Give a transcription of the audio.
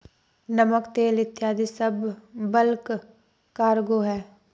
नमक, तेल इत्यादी सब बल्क कार्गो हैं